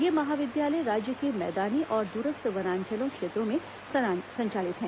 ये महाविद्यालय राज्य के मैदानी और दूरस्थ का आदेश वनांचल क्षेत्रों में संचालित है